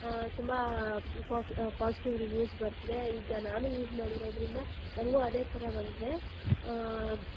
ತುಂಬ pos positive reviews ಬರ್ತಿದೆ ಈಗ ನಾನು ಯೂಸ್ ಮಾಡಿರೋದ್ರಿಂದ ನನಗೂ ಅದೇ ಥರ ಬಂದಿದೆ